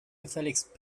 gefälligst